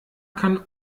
kann